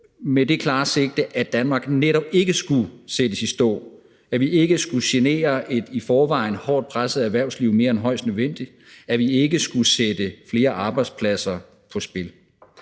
med det klare sigte, at Danmark netop ikke skulle sættes i stå, at vi ikke skulle genere et i forvejen hårdt presset erhvervsliv mere end højst nødvendigt, at vi ikke skulle sætte flere arbejdspladser på spil,